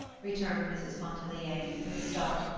returned mrs. pontellier, with a start,